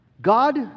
God